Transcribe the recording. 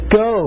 go